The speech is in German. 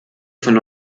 von